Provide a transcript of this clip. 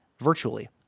virtually